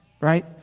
right